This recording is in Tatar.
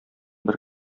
бер